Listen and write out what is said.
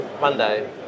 Monday